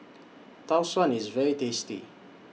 Tau Suan IS very tasty